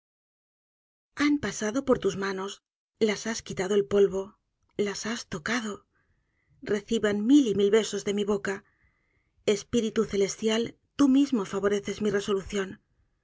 han pasado por fus manos las has quitado el polvo las has tocado reciban mil y mil besos de mi boca espíritu celestial tú mismo favoreces mi resolución